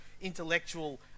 intellectual